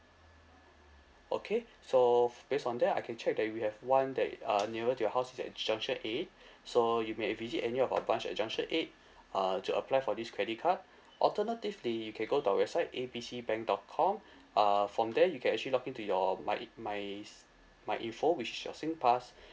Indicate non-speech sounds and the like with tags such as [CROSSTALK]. okay so f~ based on that I can check that we have one that uh nearer to your house is at junction eight [BREATH] so you make a visit any of our branch at junction eight uh to apply for this credit card alternatively you can go to our website A B C bank dot com uh from there you can actually log in to your my in~ my s~ my info which is your singpass